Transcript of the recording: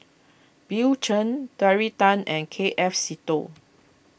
Bill Chen Terry Tan and K F Seetoh